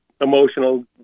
emotional